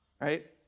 right